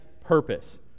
purpose